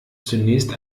zunächst